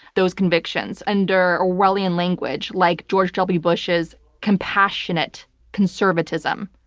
those convictions, under orwellian language like george w. bush's compassionate conservatism,